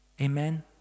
Amen